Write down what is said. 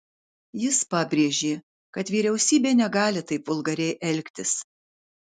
jis pabrėžė kad vyriausybė negali taip vulgariai elgtis